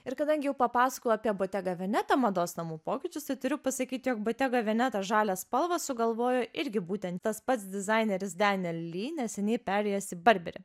ir kadangi jau papasakojau apie bottega veneta mados namų pokyčius turiu tai pasakyt jog bottega veneta žalią spalvą sugalvojo irgi būtent tas pats dizaineris daniel li neseniai perėjęs į barberį